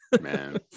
man